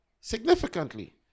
significantly